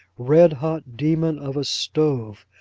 red-hot demon of a stove,